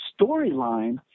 storyline